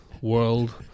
world